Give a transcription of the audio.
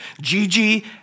Gigi